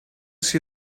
see